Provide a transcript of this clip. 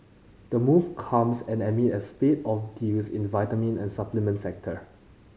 the move comes and amid a spate of deals in the vitamin and supplement sector